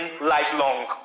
lifelong